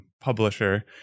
publisher